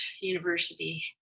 University